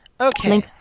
Okay